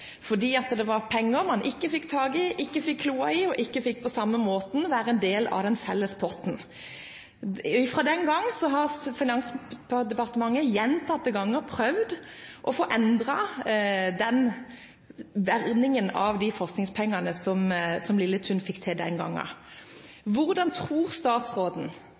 fordi det var penger man ikke fikk tak i, ikke fikk kloa i og ikke på samme måten fikk være en del av den felles potten. Siden den gang har Finansdepartementet gjentatte ganger prøvd å få endret verningen av de forskningspengene som Lilletun fikk til den gangen. Hvordan tror statsråden